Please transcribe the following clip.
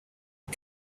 and